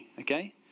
okay